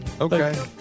Okay